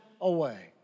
away